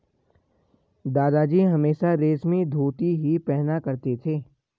दादाजी हमेशा रेशमी धोती ही पहना करते थे